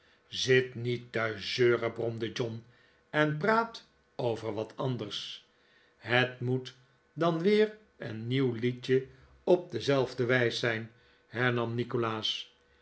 zit niet te zeuren bromde john en praat over wat anders het moet dan weer een nieuw liedje op dezelfde wijs zijn hernam nikolaas